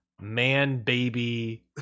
man-baby